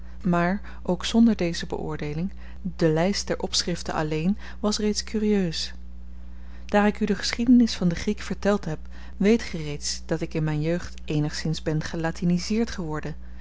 maar ook zonder deze beoordeeling de lyst der opschriften alleen was reeds kurieus daar ik u de geschiedenis van den griek verteld heb weet ge reeds dat ik in myn jeugd eenigszins ben gelatinizeerd geworden